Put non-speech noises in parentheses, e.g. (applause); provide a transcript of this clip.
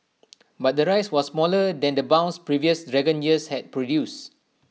(noise) but the rise was smaller than the bounce previous dragon years had produced